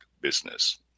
business